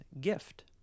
gift